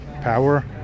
power